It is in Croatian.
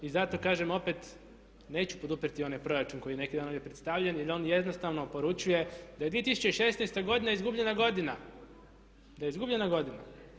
I zato kažem opet neću poduprijeti onaj proračun koji je neki dan ovdje predstavljen, jer on jednostavno poručuje da je 2016. godina izgubljena godina, da je izgubljena godina.